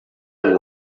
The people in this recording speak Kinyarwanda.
kuri